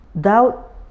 doubt